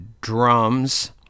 drums